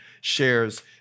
shares